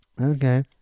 Okay